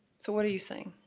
so what are you saying?